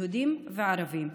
יהודים וערבים,